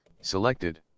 Selected